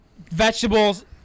vegetables